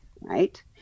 right